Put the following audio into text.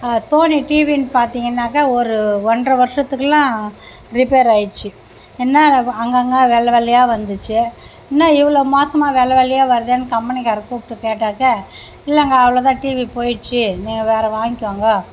Sony டிவின்னு பார்த்தீங்கனாக்கா ஒரு ஒன்றை வர்ஷத்துக்கலாம் ரிப்பேர் ஆயிடுச்சு என்னா ரவ அங்கே அங்கே வெள்ளை வெள்ளையாக வந்துச்சு என்னா இவ்வளோ மோசமாக வெள்ளை வெள்ளையாக வருதேன்னு கம்பெனிக்காருக் கூப்பிட்டு கேட்டாக்க இல்லைங்க அவ்வளோ தான் டிவி போயிட்ச்சு நீங்கள் வேறு வாய்ங்கோங்கோ